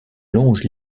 longe